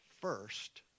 first